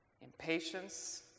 impatience